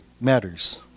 matters